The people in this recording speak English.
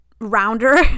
rounder